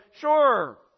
sure